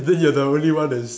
because you're the only one that's